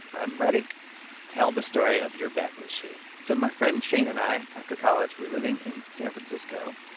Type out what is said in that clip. i'm ready tell the story of your bet with shane so my friend shane and i after college we're living in san francisco.